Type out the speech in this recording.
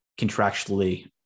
contractually